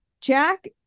Jack